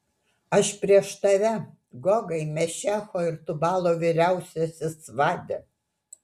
aš prieš tave gogai mešecho ir tubalo vyriausiasis vade